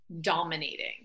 dominating